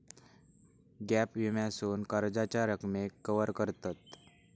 gap विम्यासून कर्जाच्या रकमेक कवर करतत